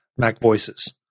macvoices